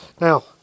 Now